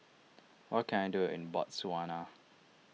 what can I do in Botswana